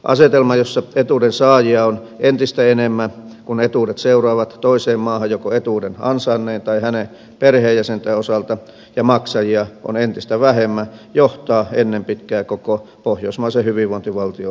asetelma jossa etuuden saajia on entistä enemmän kun etuudet seuraavat toiseen maahan joko etuuden ansainneen tai hänen perheenjäsentensä osalta ja maksajia on entistä vähemmän johtaa ennen pitkää koko pohjoismaisen hyvinvointivaltion romuttamiseen